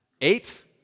Eighth